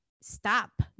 stop